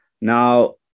Now